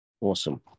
Awesome